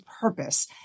purpose